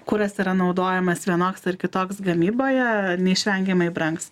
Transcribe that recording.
kuras yra naudojamas vienoks ar kitoks gamyboje neišvengiamai brangs